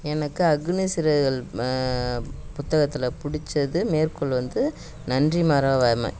எனக்கு அக்னி சிறகுகள் புத்தகத்தில் பிடிச்சது மேற்கோள் வந்து நன்றி மறவாமை